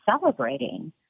celebrating